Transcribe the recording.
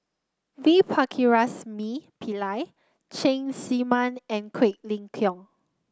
V Pakirisamy Pillai Cheng Tsang Man and Quek Ling Kiong